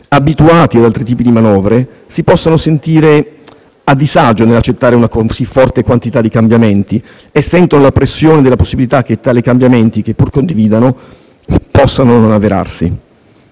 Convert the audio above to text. abituati ad altri tipi di manovre, si possano sentire a disagio nell'accettare una così forte quantità di cambiamenti e sentano la pressione della possibilità che tali cambiamenti, che pur condividono, possano non avverarsi.